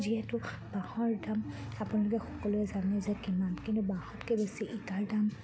যিহেতু বাঁহৰ দাম আপোনালোকে সকলোৱে জানে যে কিমান কিন্তু বাঁহতকৈ বেছি ইটাৰ দাম